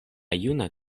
juna